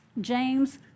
James